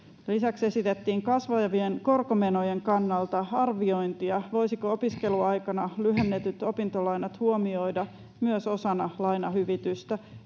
Lisäksi esitettiin kasvavien korkomenojen kannalta arviointia, voisiko opiskeluaikana lyhennetyt opintolainat huomioida myös osana lainahyvitystä